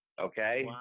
okay